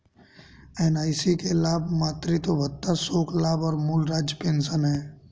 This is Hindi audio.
एन.आई.सी के लाभ मातृत्व भत्ता, शोक लाभ और मूल राज्य पेंशन हैं